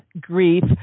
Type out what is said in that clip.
grief